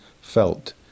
felt